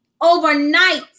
overnight